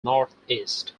northeast